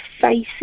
faces